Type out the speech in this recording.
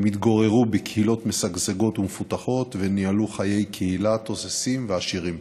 הם התגוררו בקהילות משגשגות ומפותחות וניהלו חיי קהילה תוססים ועשירים.